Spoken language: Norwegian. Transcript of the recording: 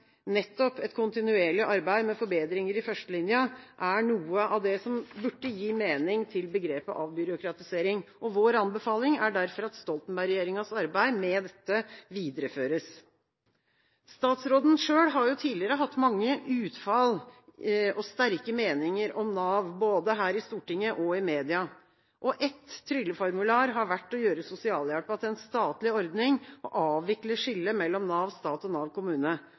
nettopp et kontinuerlig arbeid med forbedringer i førstelinja er noe av det som gir mening til begrepet «avbyråkratisering», og vår anbefaling er derfor at Stoltenberg-regjeringas arbeid med dette videreføres. Statsråden har jo tidligere hatt mange utfall mange utfall og sterke meninger om Nav både her i Stortinget og i media. Ett trylleformular har vært å gjøre sosialhjelpen til en statlig ordning og avvikle skillet mellom Nav stat og Nav kommune.